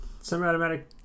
Semi-automatic